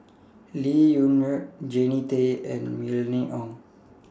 Lee Wung Yew Jannie Tay and Mylene Ong